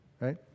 right